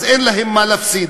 אין להם מה להפסיד,